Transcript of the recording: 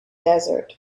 desert